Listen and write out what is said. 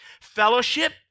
fellowship